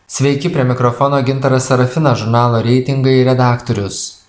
sveiki prie mikrofono gintaras serafinas žurnalo reitingai redaktorius